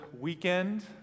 weekend